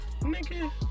Nigga